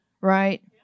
Right